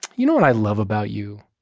you know what i love about you?